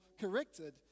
corrected